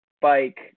bike